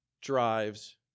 drives